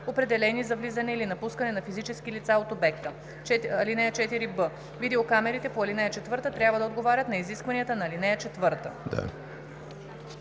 определени за влизане или напускане на физически лица от обекта. (4б) Видеокамерите по ал. 4a трябва да отговарят на изискванията на ал.